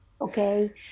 okay